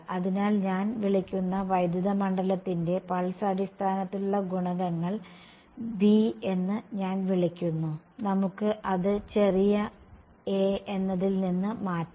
അതിനാൽ ഞാൻ വിളിക്കുന്ന വൈദ്യുത മണ്ഡലത്തിന്റെ പൾസ് അടിസ്ഥാനത്തിലുള്ള ഗുണകങ്ങൾ v എന്ന് ഞാൻ വിളിക്കുന്നു നമുക്ക് അത് ചെറിയ a എന്നതിൽ നിന്ന് മാറ്റാം